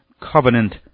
covenant